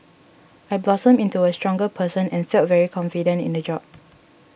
I blossomed into a stronger person and felt very confident in the job